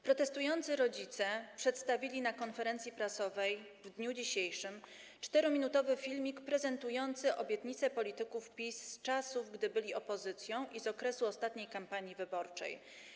Protestujący rodzice przedstawili na konferencji prasowej w dniu dzisiejszym 4-minutowy filmik prezentujący obietnice polityków PiS z czasów, gdy byli opozycją, i z okresu ostatniej kampanii wyborczej.